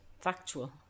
factual